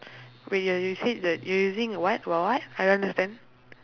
wait you you you said that you are using what what what I don't understand